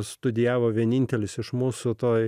studijavo vienintelis iš mūsų to